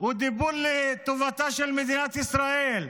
דיבור לטובתה של מדינת ישראל,